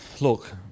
Look